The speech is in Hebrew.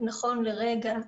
נכון לרגע,